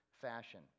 fashion